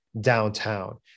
downtown